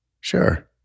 Sure